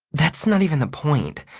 that's not even the point.